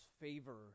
favor